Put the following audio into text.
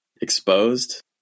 exposed